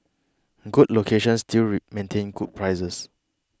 good locations still maintain good prices